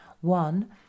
one